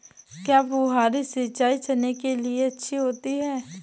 क्या फुहारी सिंचाई चना के लिए अच्छी होती है?